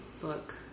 book